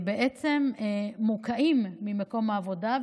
בעצם הם מוקעים ממקום העבודה,